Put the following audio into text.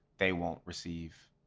they won't receive